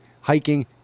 hiking